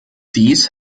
dies